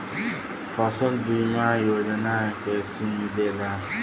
फसल बीमा योजना कैसे मिलेला?